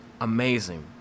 amazing